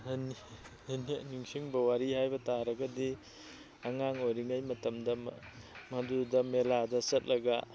ꯅꯤꯡꯁꯤꯡꯕ ꯋꯥꯔꯤ ꯍꯥꯏꯕ ꯇꯥꯔꯒꯗꯤ ꯑꯉꯥꯡ ꯑꯣꯏꯔꯤꯉꯩ ꯃꯇꯝꯗ ꯃꯗꯨꯗ ꯃꯦꯂꯥꯗ ꯆꯠꯂꯒ